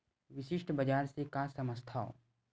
विशिष्ट बजार से का समझथव?